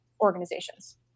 organizations